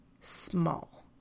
small